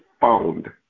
found